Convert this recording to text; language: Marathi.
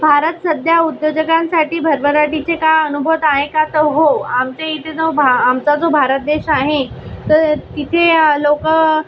भारत सध्या उद्योजकांसाठी भरभराटीचे का अनुभत आहे का तर हो आमच्या इथे जो भा आमचा जो भारत देश आहे तर तिथे लोक